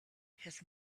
his